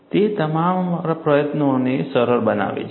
તે તમારા પ્રયત્નોને સરળ બનાવે છે